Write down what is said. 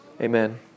Amen